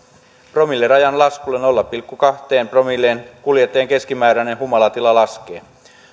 promillerajan laskulla nolla pilkku kahteen promilleen kuljettajien keskimääräinen humalatila laskee